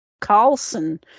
Carlson